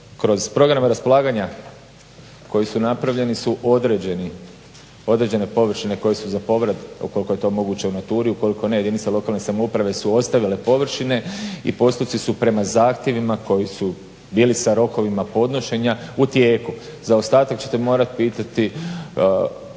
kroz program raspolaganja koji su napravljeni su određene površine koje su za povrat ukoliko je to moguće u naturi, ukoliko ne jedinice lokalne samouprave su ostavile površine i postoci su prema zahtjevima koji su bili sa rokovima podnošenja u tijeku. Za ostatak ćete morati pitati